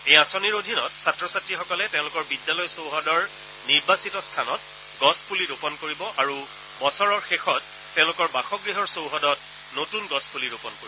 এই আঁচনিৰ অধীনত ছাত্ৰ ছাত্ৰীসকলে তেওঁলোকৰ বিদ্যালয় চৌহদৰ নিৰ্বাচিত স্থানত গছপুলি ৰোপন কৰিব আৰু বছৰৰ শেষত তেওঁলোকৰ বাসগৃহৰ চৌহদত নতুন গছ্পুলি ৰোপন কৰিব